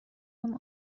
اون